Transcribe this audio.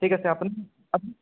ঠিক আছে আপুনি